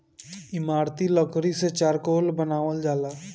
इमारती लकड़ी से चारकोल बनावल जाला